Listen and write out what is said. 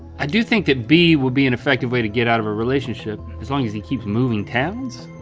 i do think that b would be an effective way to get out of a relationship as long as he keeps moving towns?